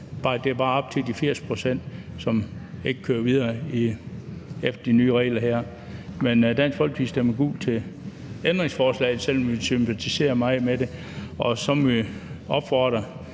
er det bare det op til de 80 pct., der ikke kører videre efter de nye regler her. Men Dansk Folkeparti stemmer gult til ændringsforslaget, selv om vi sympatiserer meget med det. Og så må vi opfordre